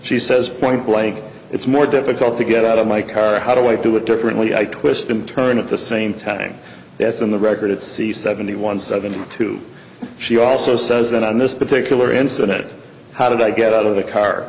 she says point blank it's more difficult to get out of my car how do i do it differently i twist and turn at the same time that's in the record it's the seventy one seventy two she also says that on this particular incident how did i get out of the car